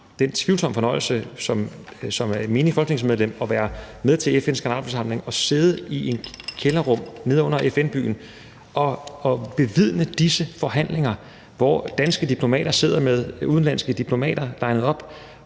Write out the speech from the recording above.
haft den tvivlsomme fornøjelse som menigt folketingsmedlem at være med til FN's Generalforsamling, hvor jeg har siddet i et kælderrum under FN-byen og bevidnet disse forhandlinger, hvor danske diplomater har siddet med udenlandske diplomater linet op,